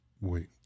Wait